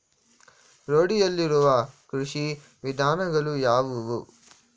ರೂಢಿಯಲ್ಲಿರುವ ಕೃಷಿ ವಿಧಾನಗಳು ಯಾವುವು?